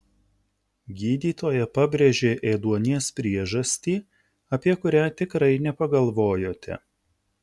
gydytoja pabrėžė ėduonies priežastį apie kurią tikrai nepagalvojote